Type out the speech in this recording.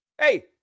hey